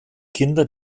kinder